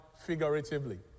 figuratively